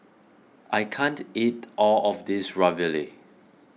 I can't eat all of this Ravioli